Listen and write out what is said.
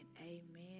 amen